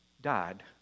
died